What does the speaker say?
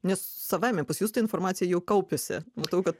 nes savaime pas jus ta informacija jau kaupiasi matau kad